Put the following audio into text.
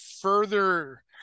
further